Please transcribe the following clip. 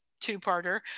two-parter